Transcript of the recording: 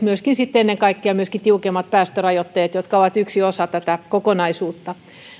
ennen kaikkea tiukemmat päästörajoitteet jotka ovat yksi osa tätä kokonaisuutta